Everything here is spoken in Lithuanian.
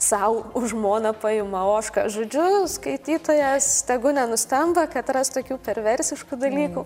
sau už žmoną paima ožką žodžiu skaitytojas tegu nenustemba kad ras tokių perversiškų dalykų